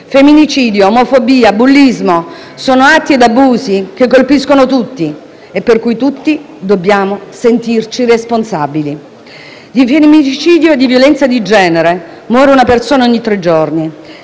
Femminicidio, omofobia e bullismo sono atti e abusi che colpiscono tutti e per cui tutti dobbiamo sentirci responsabili. Di femminicidio e di violenza di genere muore una persona ogni tre giorni.